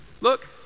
Look